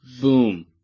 Boom